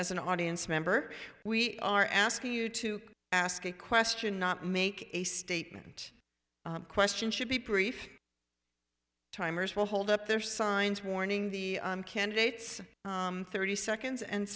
as an audience member we are asking you to ask a question not make a statement question should be brief timers will hold up their signs warning the candidates thirty seconds and